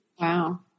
Wow